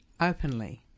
openly